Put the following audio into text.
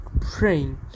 praying